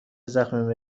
زخم